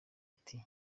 ati